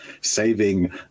saving